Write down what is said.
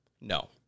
No